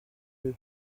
eux